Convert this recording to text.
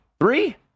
Three